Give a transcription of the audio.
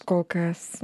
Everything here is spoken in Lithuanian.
kol kas